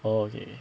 orh okay